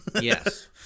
Yes